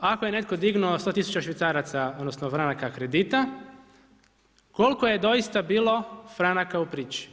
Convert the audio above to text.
Ako je netko dignuo 100 tisuća švicaraca, odnosno, franaka kredita, koliko je doista bilo franaka u priči?